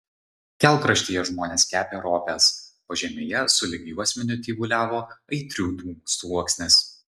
kelkraštyje žmonės kepė ropes pažemėje sulig juosmeniu tyvuliavo aitrių dūmų sluoksnis